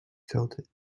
tilted